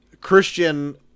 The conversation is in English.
Christian